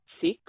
six